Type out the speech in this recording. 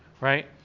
right